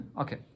Okay